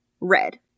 red